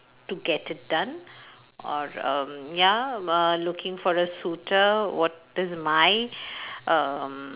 to get it done or um ya uh looking for a suitor what is my um